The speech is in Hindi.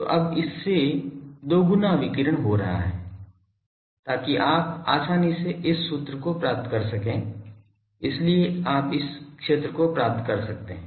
तो अब इससे दोगुना विकिरण हो रहा है ताकि आप आसानी से इस सूत्र को प्राप्त कर सकें इसलिए आप इस क्षेत्र को प्राप्त कर सकते हैं